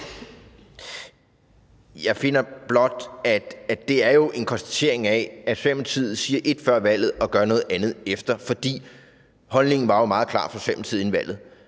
Jeg finder blot, at det jo er en konstatering af, at Socialdemokratiet siger ét før valget og gør noget andet bagefter. For holdningen var jo meget klar fra Socialdemokratiets